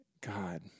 God